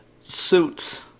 suits